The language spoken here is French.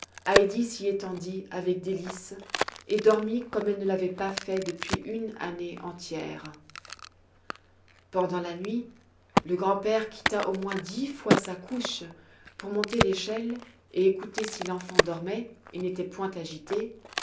heidi s'y étendit avec délice et dormit comme elle ne l'avait pas fait depuis une année entière pendant la nuit le grand-père quitta au moins dis fois sa couche pour monter l'échelle et écouter si l'enfant dormait et n'était point agitée